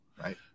Right